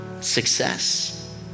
success